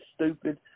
stupid